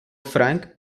frank